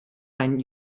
ein